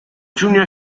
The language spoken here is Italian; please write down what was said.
giugno